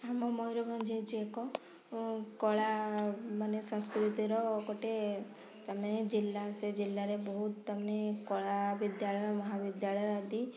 ଆମ ମୟୁରଭଞ୍ଜ ହେଉଛି ଏକ କଳା ମାନେ ସଂସ୍କୃତିର ଗୋଟେ ତା ମାନେ ଜିଲ୍ଲା ସେ ଜିଲ୍ଲାରେ ବହୁତ ତା ମାନେ କଳା ବିଦ୍ୟାଳୟ ମହା ବିଦ୍ୟାଳୟ ଆଦି